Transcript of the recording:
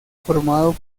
formado